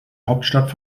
hauptstadt